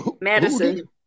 Madison